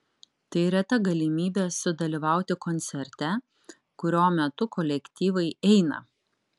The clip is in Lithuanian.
tai reta galimybė sudalyvauti koncerte kurio metu kolektyvai eina